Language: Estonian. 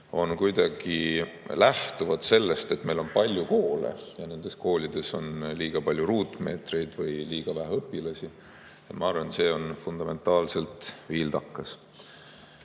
kuidagi lähtuvad sellest, et meil on palju koole ja nendes koolides on liiga palju ruutmeetreid või liiga vähe õpilasi, on fundamentaalselt vildakas.